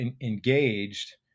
engaged